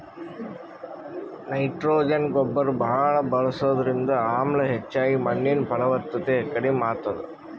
nitrogen ಗೊಬ್ಬರ್ ಭಾಳ್ ಬಳಸದ್ರಿಂದ ಆಮ್ಲ ಹೆಚ್ಚಾಗಿ ಮಣ್ಣಿನ್ ಫಲವತ್ತತೆ ಕಡಿಮ್ ಆತದ್